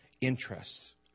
interests